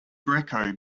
greco